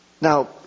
Now